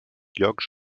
llocs